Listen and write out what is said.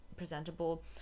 presentable